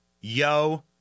yo